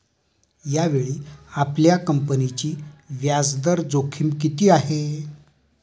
यावेळी आपल्या कंपनीची व्याजदर जोखीम किती आहे?